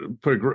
put